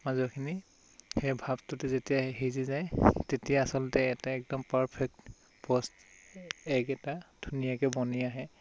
মাজৰখিনি সেই ভাপটোত যেতিয়া সিজি যায় তেতিয়া আচলতে এটা একদম পাৰ্ফেক্ট প'চ্ছ্ড এগ এটা ধুনীয়াকৈ বনি আহে